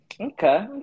Okay